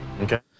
okay